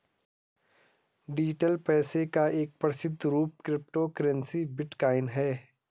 digital पैसे का एक प्रसिद्ध रूप क्रिप्टो करेंसी बिटकॉइन है